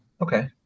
Okay